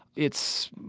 it's,